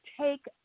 take